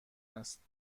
است